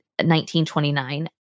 1929